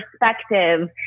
perspective